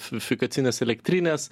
fi fikacinės elektrinės